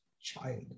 child